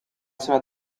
seva